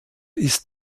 ist